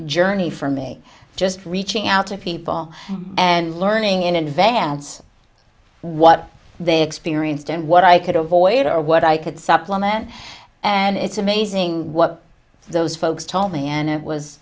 journey for me just reaching out to people and learning in advance what they experienced and what i could avoid or what i could supplement and it's amazing what those folks told me and it was